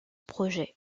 projet